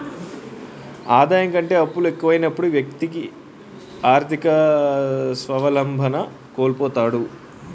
ఆదాయం కంటే అప్పులు ఎక్కువైనప్పుడు వ్యక్తి ఆర్థిక స్వావలంబన కోల్పోతాడు